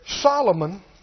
Solomon